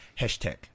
Hashtag